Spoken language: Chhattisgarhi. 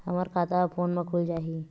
हमर खाता ह फोन मा खुल जाही?